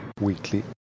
Weekly